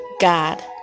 God